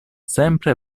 sempre